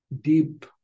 deep